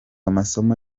amasomo